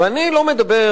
ואני לא מדבר,